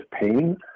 pain